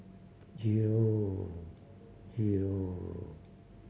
zero zero